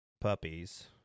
puppies